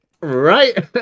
right